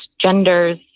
genders